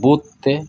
ᱵᱩᱛᱷᱛᱮ